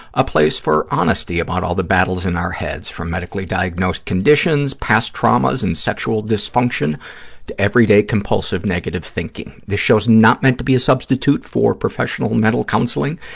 a place for honesty about all the battles in our heads, from medically diagnosed conditions, past traumas and sexual dysfunction to everyday compulsive negative thinking. this show is not meant to be a substitute for professional mental counseling.